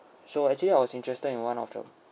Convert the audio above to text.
so actually I was interested in one of the